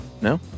no